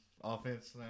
offense